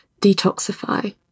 detoxify